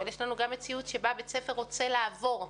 אבל יש לנו גם מציאות שבה בית ספר רוצה לעבור מסגרת.